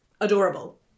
adorable